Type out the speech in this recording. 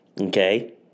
Okay